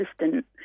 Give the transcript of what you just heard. assistant